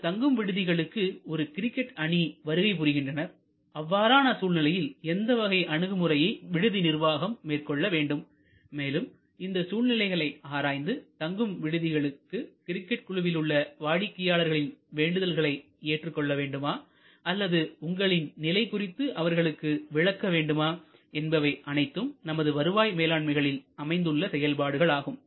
இந்த தங்கும் விடுதிகளுக்கு ஒரு கிரிக்கெட் அணி வருகை புரிகின்றனர் அவ்வாறான சூழ்நிலையில் எந்தவகையான அணுகுமுறையை விடுதி நிர்வாகம் மேற்கொள்ள வேண்டும் மேலும் இந்த சூழ்நிலைகளை ஆராய்ந்து தங்கும் விடுதிகளுக்கு கிரிக்கெட் குழுவில் உள்ள வாடிக்கையாளர்களின் வேண்டுதல்களை ஏற்றுக்கொள்ள வேண்டுமா அல்லது உங்களின் நிலை குறித்து அவர்களுக்கு விளக்க வேண்டுமா என்பவை அனைத்தும் நமது வருவாய் மேலாண்மைகளில் அமைந்துள்ள செயல்பாடுகள் ஆகும்